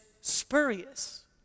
spurious